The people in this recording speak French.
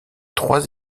trois